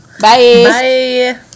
Bye